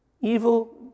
Evil